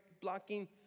blocking